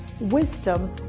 wisdom